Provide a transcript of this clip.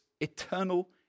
eternal